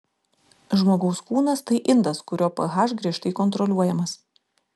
žmogaus kūnas tai indas kurio ph griežtai kontroliuojamas